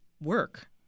work